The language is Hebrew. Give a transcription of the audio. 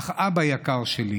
אך אבא יקר שלי,